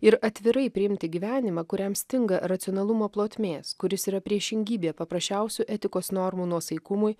ir atvirai priimti gyvenimą kuriam stinga racionalumo plotmės kuris yra priešingybė paprasčiausių etikos normų nuosaikumui